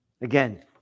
Again